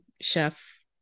chef